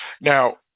Now